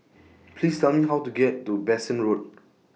Please Tell Me How to get to Bassein Road